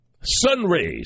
Sunrays